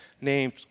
named